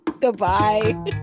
Goodbye